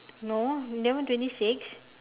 no eleven twenty six